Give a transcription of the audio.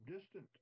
distant